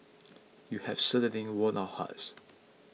you have certainly won our hearts